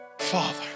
father